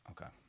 Okay